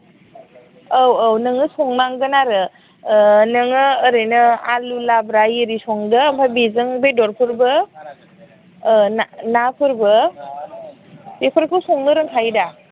औ औ नोङो संनांगोन आरो नोङो ओरैनो आलु लाब्रा आरि संदो ओमफ्राय बेजों बेदरफोरबो ना नाफोरबो बेफोरखौ संनो रोंखायो दा